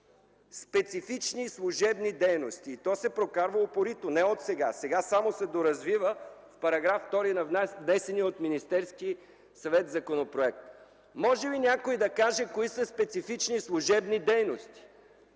„специфични служебни дейности”. То се прокарва упорито – не отсега. Сега само се доразвива в § 2 на внесения от Министерския съвет законопроект. Може ли някой да каже кои са специфични служебни дейности?